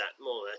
more